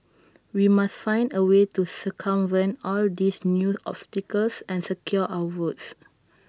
we must find A way to circumvent all these new obstacles and secure our votes